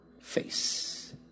face